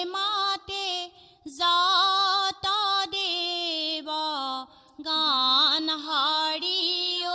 um ah da da da da da da da and da da